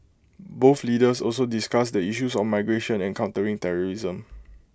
both leaders also discussed the issues of migration and countering terrorism